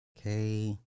Okay